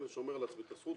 אני שומר לעצמי את הזכות,